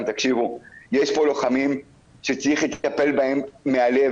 שיש פה לוחמים שצריך לטפל בהם מהלב,